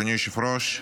אדוני היושב-ראש,